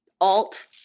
Alt